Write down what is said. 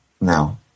no